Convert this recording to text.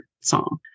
song